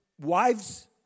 wives